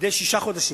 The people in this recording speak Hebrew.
מדי שישה חודשים.